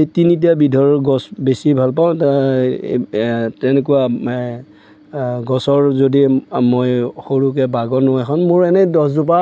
এই তিনিটাবিধৰ গছ বেছি ভাল পাওঁ তেনেকুৱা গছৰ যদি মই সৰুকে বাগানো এখন মোৰ এনে দহজোপা